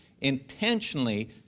Intentionally